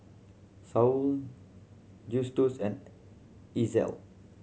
Saul Justus and Ezell